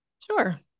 Sure